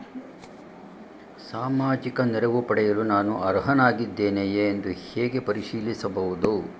ಸಾಮಾಜಿಕ ನೆರವು ಪಡೆಯಲು ನಾನು ಅರ್ಹನಾಗಿದ್ದೇನೆಯೇ ಎಂದು ಹೇಗೆ ಪರಿಶೀಲಿಸಬಹುದು?